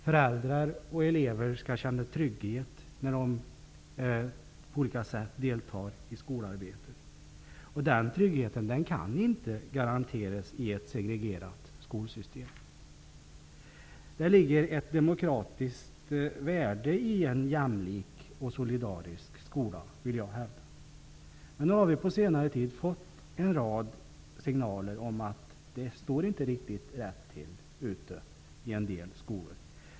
Föräldrar och elever skall känna trygghet, när de på olika sätt deltar i skolarbetet. Den tryggheten kan inte garanteras i ett segregerat skolsystem. Det ligger ett demokratiskt värde i en jämlik och solidarisk skola, vill jag hävda. Men nu har vi på senare tid fått en rad signaler om att det inte står riktigt rätt till ute i en del skolor.